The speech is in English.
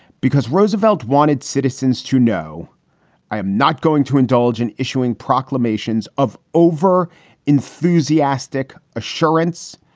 because roosevelt wanted citizens to know i am not going to indulge in issuing proclamations of over enthusiastic assurance.